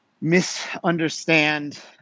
misunderstand